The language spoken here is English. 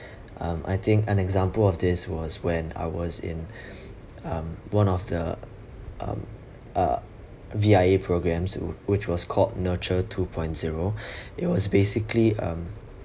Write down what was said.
um I think an example of this was when I was in um one of the um uh V_I_A programmes who which was called nurture two point zero it was basically um